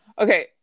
Okay